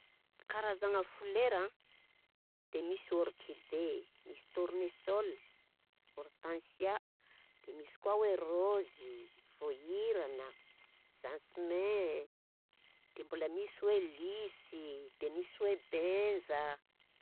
Karazagna folera an, de misy: orchidée, misy tournesol, hortencia, de misy koà hoe raozy, voirana, zasmin, de mbola misy hoe lisy, de misy hoe benja.